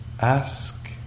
ask